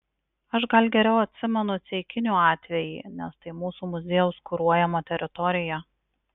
aš gal geriau atsimenu ceikinių atvejį nes tai mūsų muziejaus kuruojama teritorija